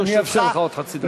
אני אאפשר לך עוד חצי דקה.